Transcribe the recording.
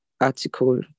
article